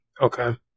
Okay